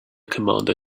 commander